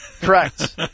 Correct